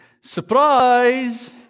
Surprise